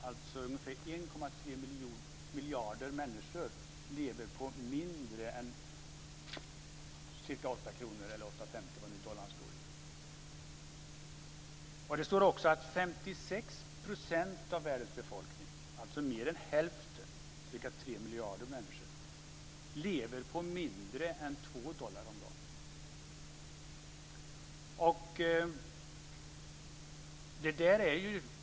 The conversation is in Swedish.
Ungefär 1,3 miljarder människor lever alltså på mindre än 8-8:50 kr, eller vad nu dollarn står i. Det står också att 56 % av världens befolkning, alltså mer än hälften, ca 3 miljarder människor, lever på mindre än 2 dollar om dagen.